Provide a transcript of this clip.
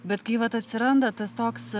bet kai vat atsiranda tas toks